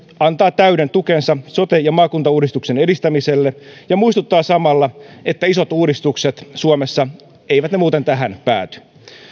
antaa täyden tukensa sote ja maakuntauudistuksen edistämiselle ja muistuttaa samalla että isot uudistukset suomessa eivät muuten tähän pääty